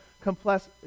complex